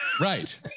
Right